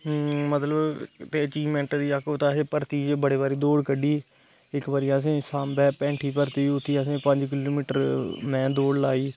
whom मतलब इक achievement आक्खो आक्खदे भर्ती बडे़ बारी दौड़ कड्डी इक वारी आसें साम्वे भर्ती ही उत्थे में पंज किलो मीटर दौड़ लाई